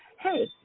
Hey